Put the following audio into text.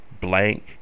blank